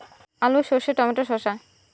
আলু সর্ষে টমেটো শসা